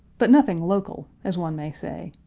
but nothing local, as one may say.